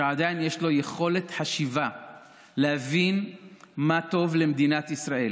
שעדיין יש לו יכולת חשיבה להבין מה טוב למדינת ישראל